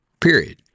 period